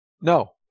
No